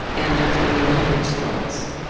and that's when your marriage starts.